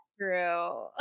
true